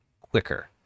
quicker